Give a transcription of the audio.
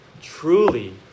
truly